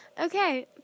Okay